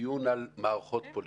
ודיון על מערכות פוליטיות.